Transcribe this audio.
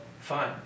Fine